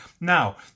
Now